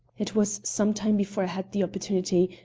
it was some time before i had the opportunity,